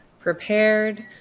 prepared